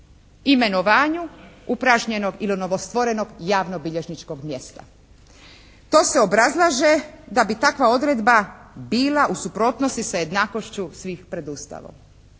imenovanje upražnjenog ili novostvorenog javnobilježničkog mjesta. To se obrazlaže da bi takva odredba bila u suprotnosti sa jednakošću svih pred Ustavom.